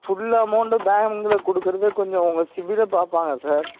full amount பேங்கில் கொடுக்கறது கொஞ்சம் உங்கள் சிபிலை பார்ப்பாங்க சார்